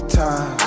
time